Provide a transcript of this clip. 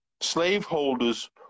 slaveholders